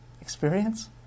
experience